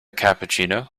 cappuccino